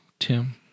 Tim